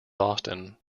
boston